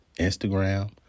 Instagram